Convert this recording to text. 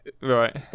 Right